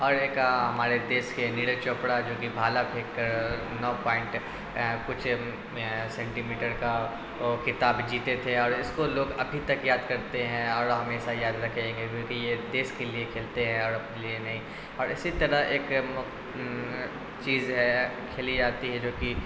اور ایک ہمارے دیس کے نیرج چوپڑا جو کہ بھالا پھینک کر نو پوائنٹ کچھ سینٹی میٹر کا وہ ختاب جیتے تھے اور اس کو لوگ ابھی تک یاد کرتے ہیں اور ہمیشہ یاد رکھیں گے کیونکہ یہ دیس کے لیے کھیلتے ہیں اور اپنے لیے نہیں اور اسی طرح ایک چیز ہے کھیلی جاتی ہے جو کہ